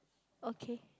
okay